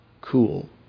cool